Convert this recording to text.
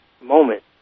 moment